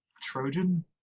Trojan